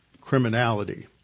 criminality